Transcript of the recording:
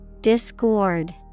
Discord